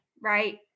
right